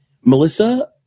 Melissa